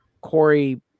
Corey